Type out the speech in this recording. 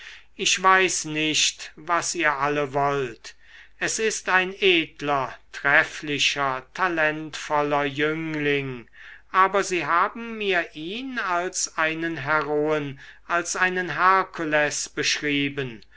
ich weiß nicht was ihr alle wollt es ist ein edler trefflicher talentvoller jüngling aber sie haben mir ihn als einen heroen als einen herkules beschrieben